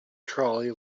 trolley